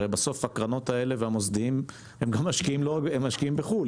הרי בסוף הקרנות האלה והמוסדיים משקיעים בחו"ל.